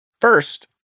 First